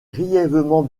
grièvement